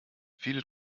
viele